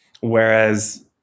Whereas